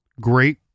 Great